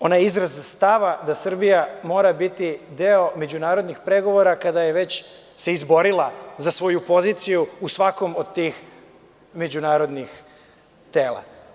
Ona je izraz stava da Srbija mora biti deo međunarodnih pregovora kada se već izborila za svoju poziciju u svakom od tih međunarodnih tela.